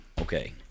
okay